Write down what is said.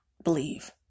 believe